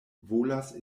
volas